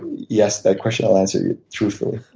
yes, that question i'll answer you truthfully.